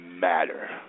matter